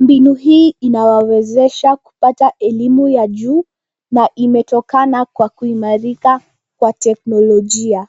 Mbinu hii inawawezesha kupata elimu ya juu na imetokana kwa kuimarika kwa teknolojia.